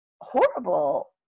horrible